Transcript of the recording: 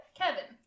kevin